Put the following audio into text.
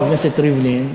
חבר הכנסת ריבלין,